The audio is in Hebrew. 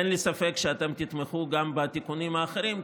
אין לי ספק שאתם תתמכו גם בתיקונים האחרים,